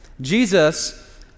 Jesus